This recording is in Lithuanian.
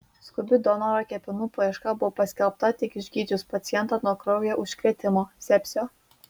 skubi donoro kepenų paieška buvo paskelbta tik išgydžius pacientą nuo kraujo užkrėtimo sepsio